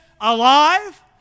alive